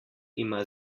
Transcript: ima